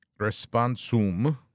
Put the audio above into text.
responsum